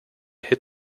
hit